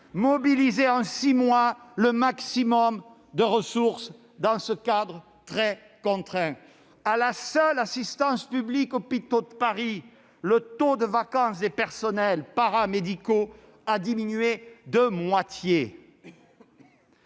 mobilisé en six mois le maximum de ressources possible dans un cadre très contraint. À la seule Assistance publique-Hôpitaux de Paris (AP-HP), le taux de vacance des personnels paramédicaux a diminué de moitié.